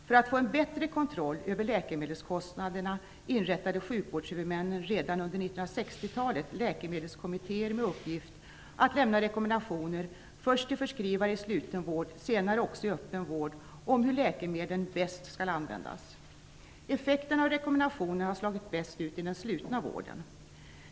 För att få en bättre kontroll över läkemedelskostnaderna inrättade sjukvårdshuvudmännen redan under 1960-talet läkemedelskommittéer med uppgift att lämna rekommendationer - först till förskrivare i sluten vård, senare också i öppen vård - om hur läkemedlen bäst skall användas. Effekten av rekommendationerna har slagit bäst ut i den slutna vården.